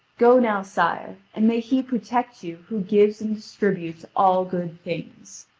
go now, sire, and may he protect you who gives and distributes all good things.